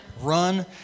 Run